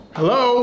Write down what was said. Hello